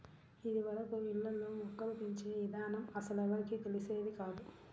ఇదివరకు ఇళ్ళల్లో మొక్కలు పెంచే ఇదానం అస్సలెవ్వరికీ తెలిసేది కాదు